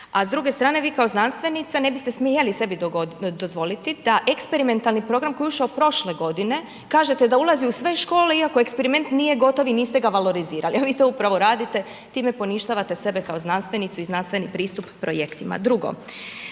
A s druge strane vi kao znanstvenica ne biste smjeli sebi dozvoliti da eksperimentalni program koji je ušao prošle godine kažete da ulazi u sve škole iako eksperiment nije gotov i niste ga valorizirali a vi to upravo radite, time poništavate sebe kao znanstvenicu i znanstveni pristup projektima.